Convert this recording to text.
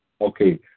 okay